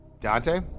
Dante